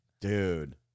Dude